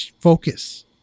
focus